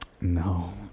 no